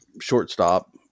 shortstop